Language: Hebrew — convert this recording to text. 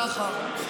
ככה.